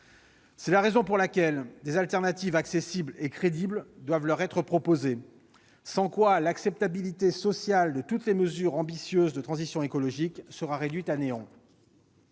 C'est la raison pour laquelle des alternatives accessibles et crédibles doivent être proposées à nos concitoyens. À défaut, l'acceptabilité sociale de toutes les mesures ambitieuses de transition écologique sera réduite à néant.